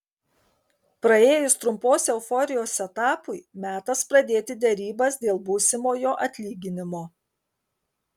praėjus trumpos euforijos etapui metas pradėti derybas dėl būsimojo atlyginimo